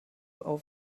auf